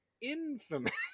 infamous